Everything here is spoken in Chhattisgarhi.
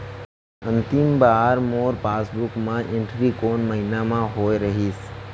अंतिम बार मोर पासबुक मा एंट्री कोन महीना म होय रहिस?